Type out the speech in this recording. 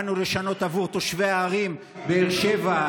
באנו לשנות עבור תושבי העיר באר שבע,